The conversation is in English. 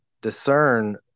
discern